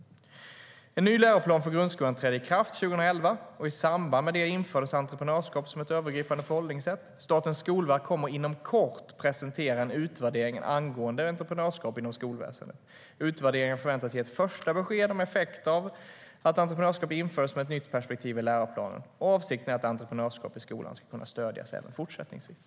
En ny läroplan för grundskolan trädde i kraft 2011, och i samband med det infördes entreprenörskap som ett övergripande förhållningssätt. Statens skolverk kommer inom kort att presentera en utvärdering angående entreprenörskap inom skolväsendet. Utvärderingen förväntas ge ett första besked om effekter av att entreprenörskap infördes som ett nytt perspektiv i läroplanen. Avsikten är att entreprenörskap i skolan ska stödjas även i fortsättningen.